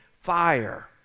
fire